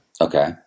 Okay